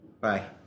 Bye